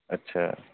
اچھا